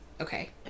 okay